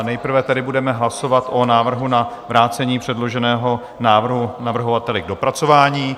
Nejprve tedy budeme hlasovat o návrhu na vrácení předloženého návrhu navrhovateli k dopracování.